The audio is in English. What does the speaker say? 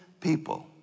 people